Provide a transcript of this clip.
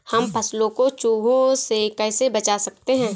हम फसलों को चूहों से कैसे बचा सकते हैं?